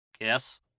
Yes